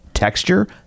Texture